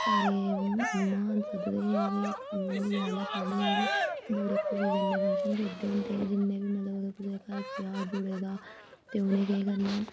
सारे मान सद्ददे हे ते म्हल्ले आह्ले सद्ददे हे ते बड़े खुशी कन्नै फंगशन करदे होंदे हे जिन्ने बी मतलब कोह्दे घर ब्याह् जुड़े दा ते उ'नें केह् करना